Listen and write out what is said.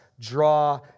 draw